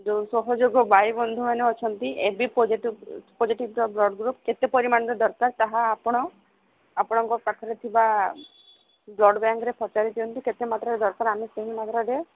ଯୋଉ ସହଯୋଗ ଭାଇବନ୍ଧୁମାନେ ଅଛନ୍ତି ଏ ବିି ପଜିଟିଭ୍ ପଜିଟିଭ୍ର ବ୍ଲଡ୍ ଗ୍ରୁପ୍ କେତେ ପରିମାଣରେ ଦରକାର ତାହା ଆପଣ ଆପଣଙ୍କ ପାଖରେ ଥିବା ବ୍ଲଡ୍ ବ୍ୟାଙ୍କରେ ପଚାରି ଦିଅନ୍ତୁ କେତେ ମାତ୍ରାରେ ଦରକାର ଆମେ ସେହି ମାତ୍ରାରେ